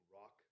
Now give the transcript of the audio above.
rock